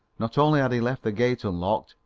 not only had he left the gate unlocked,